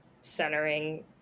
centering